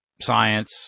science